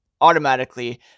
automatically